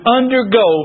undergo